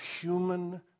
human